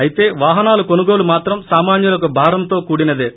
అయితే వాహనాల కొనుగోలు మాత్రం సామాన్యులకు భారంతో కూడినదే